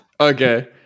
Okay